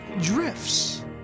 drifts